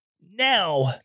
now